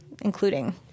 including